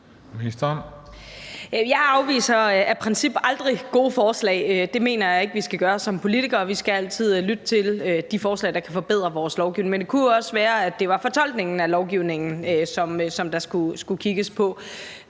Jeg afviser af princip aldrig gode forslag; det mener jeg ikke vi skal gøre som politikere, vi skal altid lytte til de forslag, der kan forbedre vores lovgivning. Men det kunne jo også være, at det var fortolkningen af lovgivningen, der skulle kigges på.